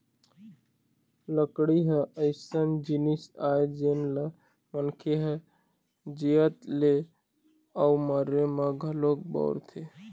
लकड़ी ह अइसन जिनिस आय जेन ल मनखे ह जियत ले अउ मरे म घलोक बउरथे